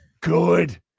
good